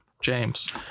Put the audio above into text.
James